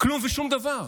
כלום ושום דבר.